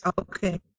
Okay